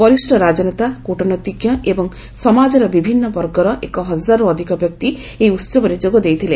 ବରିଷ୍ଣ ରାଜନେତା କୃଟନୈତିଜ୍ଞ ଏବଂ ସମାଜର ବିଭିନ୍ନ ବର୍ଗର ଏକ ହଜାରରୁ ଅଧିକ ବ୍ୟକ୍ତି ଏହି ଉହବରେ ଯୋଗଦେଇଥିଲେ